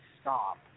stop